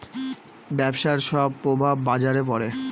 ব্যবসার সব প্রভাব বাজারে পড়ে